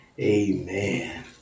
amen